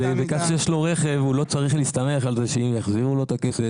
בגלל שיש לו רכב הוא לא צריך להסתמך על זה שאם יחזירו לו את הכסף,